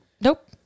nope